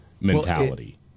mentality